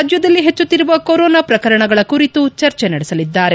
ರಾಜ್ಯದಲ್ಲಿ ಹೆಚ್ಚುತ್ತಿರುವ ಕೊರೊನಾ ಪ್ರಕರಣಗಳ ಕುರಿತು ಚರ್ಚೆ ನಡೆಸಲಿದ್ದಾರೆ